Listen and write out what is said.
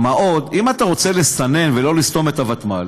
גם, אם אתה רוצה לסנן ולא לסתום את הוותמ"ל,